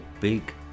big